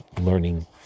learning